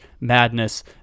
Madness